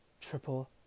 Triple